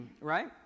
Right